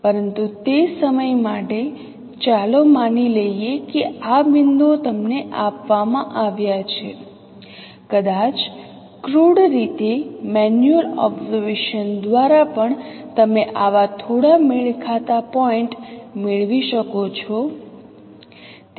પરંતુ તે સમય માટે ચાલો માની લઈએ કે આ બિંદુઓ તમને આપવામાં આવ્યા છે કદાચ ક્રૂડ રીતે મેન્યુઅલ ઓબ્ઝર્વેશન દ્વારા પણ તમે આવા થોડા મેળ ખાતા પોઇન્ટ મેળવી શકો છો